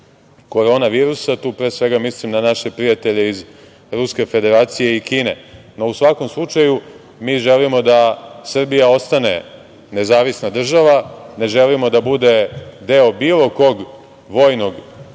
korona virusa. Tu pre svega mislim na naše prijatelje iz Ruske Federacije i Kine.No, u svakom slučaju, mi želimo da Srbija ostane nezavisna država, ne želimo da bude deo bilo kog vojnog